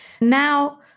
Now